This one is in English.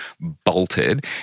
bolted